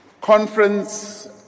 Conference